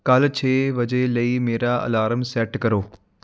ਕੱਲ੍ਹ ਛੇ ਵਜੇ ਲਈ ਮੇਰਾ ਅਲਾਰਮ ਸੈੱਟ ਕਰੋ